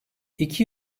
i̇ki